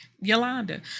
Yolanda